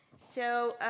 so